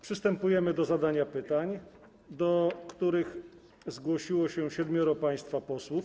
Przystępujemy do zadawania pytań, do których zgłosiło się siedmioro państwa posłów.